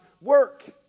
work